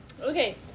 okay